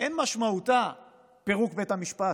אין משמעותה פירוק בית המשפט,